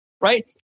right